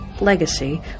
Legacy